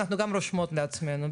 אנחנו גם רושמות לעצמנו.